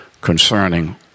concerning